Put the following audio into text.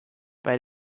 bei